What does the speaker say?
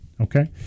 Okay